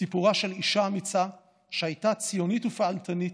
סיפורה של אישה אמיצה שהייתה ציונית ופעלתנית,